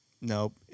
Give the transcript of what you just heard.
nope